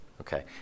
okay